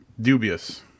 dubious